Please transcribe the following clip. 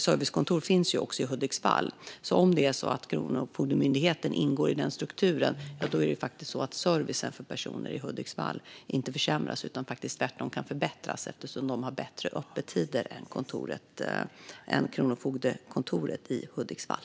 Servicekontor finns i Hudiksvall, så om det är så att Kronofogdemyndigheten kommer att ingå i den strukturen försämras inte servicen för personer i Hudiksvall. Den kan tvärtom komma att förbättras eftersom servicekontoret har bättre öppettider än Kronofogdens kontor i Hudiksvall.